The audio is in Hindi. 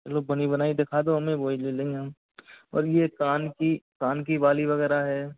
लो बनी बनाई दिखा दो हमें वो ही ले लेंगें हम और ये कान की कान की बाली वगैरह है